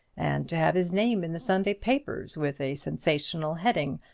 and to have his name in the sunday papers, with a sensational heading,